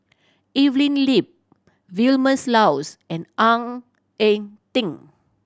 Evelyn Lip Vilma Laus and Ang Ah Tee